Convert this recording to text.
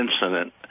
incident